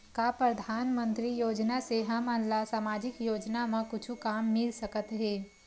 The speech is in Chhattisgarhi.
का परधानमंतरी योजना से हमन ला सामजिक योजना मा कुछु काम मिल सकत हे?